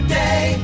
day